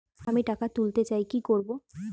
আমি টাকা তুলতে চাই কি করব?